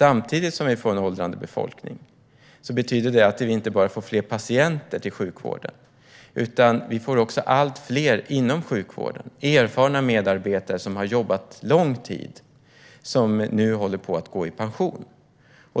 När vi får en åldrande befolkning betyder detta inte bara att vi får fler patienter i sjukvården. Vi får också allt fler inom sjukvården - erfarna medarbetare som har jobbat lång tid - som nu håller på att gå i pension.